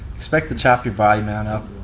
expect to chop your body mount up.